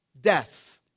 death